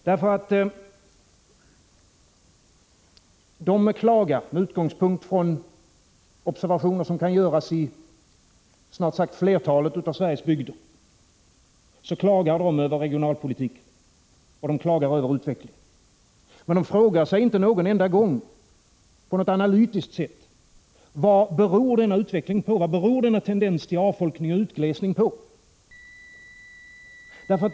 Med utgångspunkt från observationer som kan göras i snart sagt flertalet av Sveriges bygder klagar de över regionalpolitiken och utvecklingen, men de frågar sig inte en enda gång på något analytiskt sätt vad denna utveckling och denna tendens till avfolkning och utglesning beror på.